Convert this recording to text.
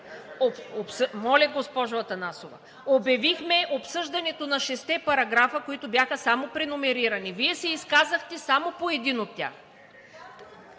Моля, госпожо Атанасова – обявихме обсъждането на шестте параграфа, които бяха само преномерирани. Вие се изказахте само по един от тях.